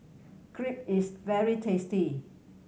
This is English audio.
crepe is very tasty